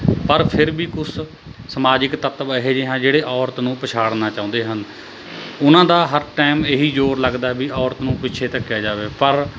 ਪਰ ਫਿਰ ਵੀ ਕੁਛ ਸਮਾਜਿਕ ਤੱਤਵ ਇਹੇ ਜਿਹੇ ਹੈ ਜਿਹੜੇ ਔਰਤ ਨੂੰ ਪਛਾੜਨਾ ਚਾਹੁੰਦੇ ਹਨ ਉਨ੍ਹਾਂ ਦਾ ਹਰ ਟੈਮ ਇਹੀ ਜ਼ੋਰ ਲੱਗਦਾ ਵੀ ਔਰਤਾਂ ਨੂੰ ਪਿੱਛੇ ਧੱਕਿਆ ਜਾਵੇ ਪਰ